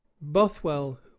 bothwell